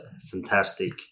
fantastic